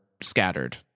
scattered